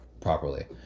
properly